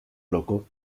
loco